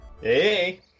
Hey